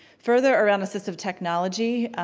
further around assistive technology,